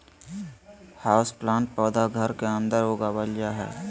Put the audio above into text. houseplant पौधा घर के अंदर उगावल जा हय